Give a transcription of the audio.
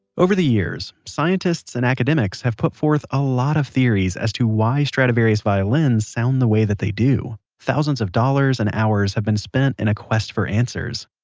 over the years, scientists and academics have put forth a lot of theories as to why stradivarius violins sound the way that they do. thousands of dollars and hours have been spent in a quest for answers